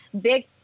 big